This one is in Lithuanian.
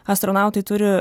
astronautai turi